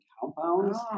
compounds